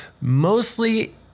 Mostly